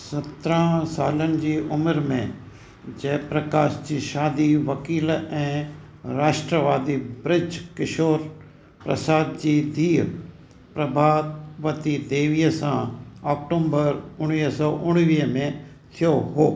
सत्रहं सालनि जी उमिरि में जयप्रकाश जी शादी वकील ऐं राष्ट्रवादी बृज किशोर प्रसाद जी धीउ प्रभावती देवीअ सां अक्टूंबर उणिवीह सौ उणिवीह में थियो हो